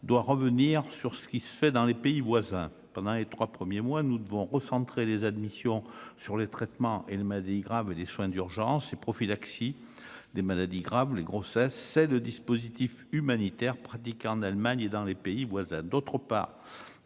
doit revenir sur ce qui se fait dans les pays voisins pendant les 3 premiers mois, nous devons recentrer les admissions sur les traitements et il m'a dit grave des soins d'urgence et prophylaxie des maladies graves, les grossesses c'est le dispositif humanitaire pratique en Allemagne et dans les pays voisins, d'autre part,